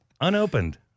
Unopened